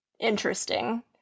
interesting